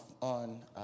on